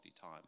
time